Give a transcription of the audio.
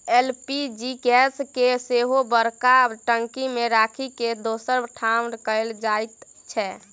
LPG gas के सेहो बड़का टंकी मे राखि के दोसर ठाम कयल जाइत छै